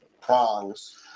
prongs